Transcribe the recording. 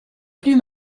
plus